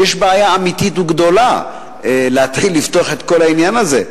שיש בעיה אמיתית וגדולה להתחיל לפתוח את כל העניין הזה,